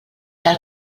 tal